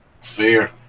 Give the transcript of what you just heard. Fair